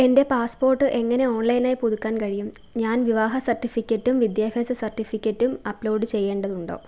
എൻ്റെ പാസ്പോർട്ട് എങ്ങനെ ഓൺലൈനായി പുതുക്കാൻ കഴിയും ഞാൻ വിവാഹ സർട്ടിഫിക്കറ്റും വിദ്യാഭ്യാസ സർട്ടിഫിക്കറ്റും അപ്ലോഡ് ചെയ്യേണ്ടതുണ്ടോ